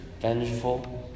vengeful